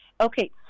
Okay